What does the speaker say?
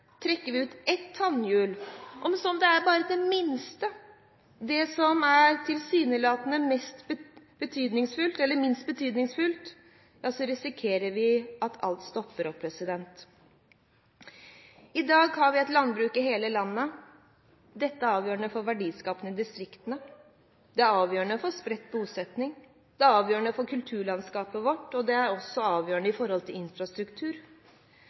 Trekker vi ut ett tannhjul, om så det er bare det minste og tilsynelatende minst betydningsfulle, risikerer vi at alt stopper opp. I dag har vi et landbruk i hele landet. Dette er avgjørende for verdiskapning i distriktene, for spredt bosetting, for kulturlandskapet vårt og når det gjelder infrastruktur. Ordninger som opprettholder dette landbruket, er ordninger som kvoter og konsesjon, prisreguleringer og gode markedsordninger. Alt dette er bærebjelker som må til